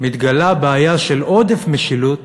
מתגלה בעיה של עודף משילות